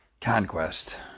conquest